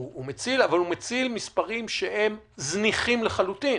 הוא מציל מספרים שהם זניחים לחלוטין